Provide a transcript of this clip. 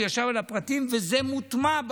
הוא ישב על הפרטים וזה מוטמע.